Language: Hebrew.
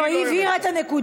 לא, היא הבהירה את הנקודה.